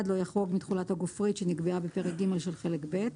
לא יחרוג מתכולת הגופרית שנקבעה בפרק ג' של חלק ב'.